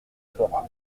soit